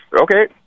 okay